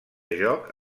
joc